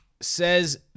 says